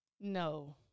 no